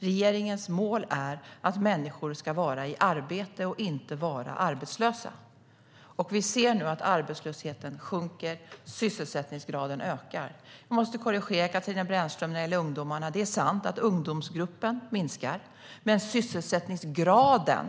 Regeringens mål är att människor ska vara i arbete och inte vara arbetslösa. Vi ser nu att arbetslösheten sjunker och sysselsättningsgraden ökar. Jag måste korrigera Katarina Brännström när det gäller ungdomarna. Det är sant att ungdomsgruppen minskar. Men sysselsättningsgraden